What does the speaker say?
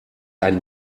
einen